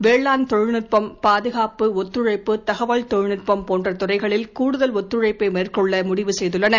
வேளாண் தொழில்நட்பம் பாதுகாப்பு ஒத்துழைப்பு தகவல் தொழில்நுட்பம் போன்ற துறைகளில் கூடுதல் ஒத்துழைப்பை மேற்கொள்ள முடிவு செய்துள்ளன